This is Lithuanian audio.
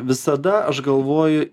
visada aš galvoju